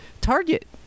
target